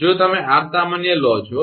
જો તમે 𝑟 સામાન્ય લો છો